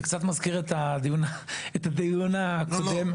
זה קצת מזכיר את הדיון הקודם.